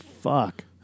fuck